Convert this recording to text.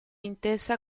intesa